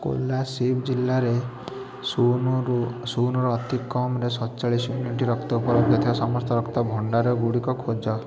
କୋଲାସିବ ଜିଲ୍ଲାରେ ଶୂନରୁ ଅତିକମ୍ରେ ସଡ଼ଚାଳିଶ ୟୁନିଟ୍ ରକ୍ତ ଉପଲବ୍ଧ ଥିବା ସମସ୍ତ ରକ୍ତ ଭଣ୍ଡାରଗୁଡ଼ିକ ଖୋଜ